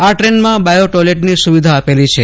આ ટ્રેનમાં બાયો ટોયલેટની સુવિધા આપેલી છે